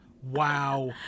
wow